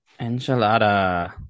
Enchilada